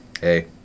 Hey